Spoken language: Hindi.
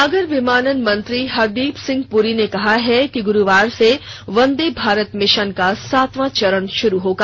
नागर विमानन मंत्री हरदीप सिंह पुरी ने कहा है कि गुरूवार से वंदे भारत मिशन का सातवां चरण शुरू होगा